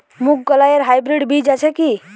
মুগকলাই এর হাইব্রিড বীজ আছে কি?